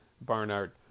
Barnard